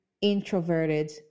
introverted